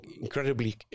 incredibly